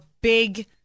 big